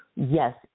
Yes